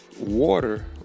water